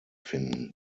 finden